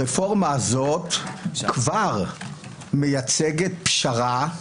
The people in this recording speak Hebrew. הרפורמה הזאת כבר מייצגת פשרה,